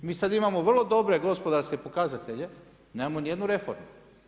Mi sada imamo vrlo dobre gospodarske pokazatelje, nemamo niti jednu reformu.